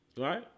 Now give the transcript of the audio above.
right